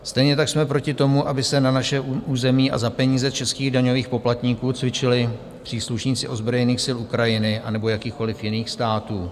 Stejně tak jsme proti tomu, aby se na našem území a za peníze českých daňových poplatníků cvičili příslušníci ozbrojených sil Ukrajiny anebo jakýchkoliv jiných států.